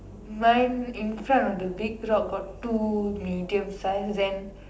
mine in front of the big rock got two medium size then